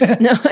No